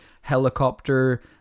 helicopter